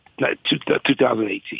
2018